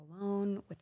alone